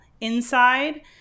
Inside